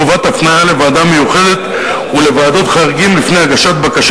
חובת הפניה לוועדה המיוחדת ולוועדת חריגים לפני הגשת בקשה